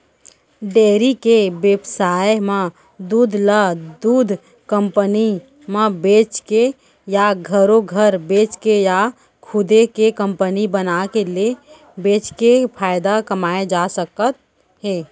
dairy के बेवसाय म दूद ल दूद कंपनी म बेचके या घरो घर बेचके या खुदे के कंपनी बनाके ले बेचके फायदा कमाए जा सकत हे